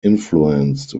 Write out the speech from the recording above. influenced